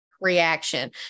reaction